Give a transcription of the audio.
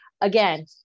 again